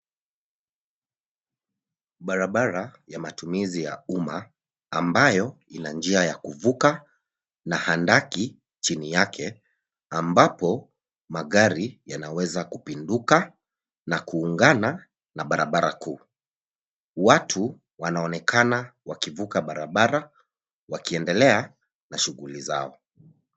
Barabara ya matumizi ya umma ambayo ina njia ya kuvuka na hadaki chini yake ambapo magari yanaweza kupinduka na kuungana na barabara kuu. Watu wanaonekana wakivuka barabara wakiendelea na shughuli zao.